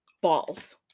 balls